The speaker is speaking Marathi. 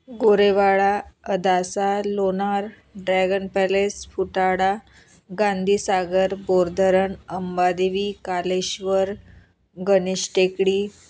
Gorewada Adasa Lonar dragon palace Futala Gandhisagar Bordharan Ambadevi Kaleshwar Ganesh Tekdi